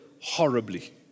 horribly